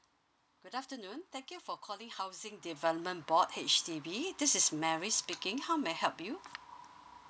good afternoon thank you for calling housing development board H_D_B this is mary speaking how may I help you